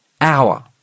hour